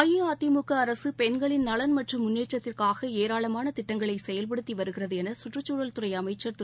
அஇஅதிமுக அரசு பெண்களின் நலன் மற்றும் முன்னேற்றத்திற்காக ஏராளமான திட்டங்களை செயல்படுத்தி வருகிறது என சுற்றுச்சூழல் துறை அமைச்சர் திரு